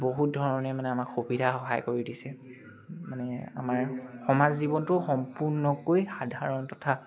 বহুত ধৰণে মানে আমাক সুবিধা সহায় কৰি দিছে মানে আমাৰ সমাজ জীৱনটো সম্পূৰ্ণকৈ সাধাৰণ তথা